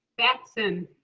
paxton.